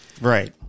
right